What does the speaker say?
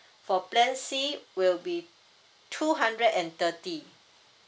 for plan c will be two hundred and thirty